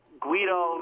Guido